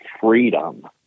freedom